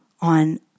on